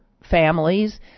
families